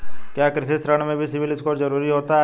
क्या कृषि ऋण में भी सिबिल स्कोर जरूरी होता है?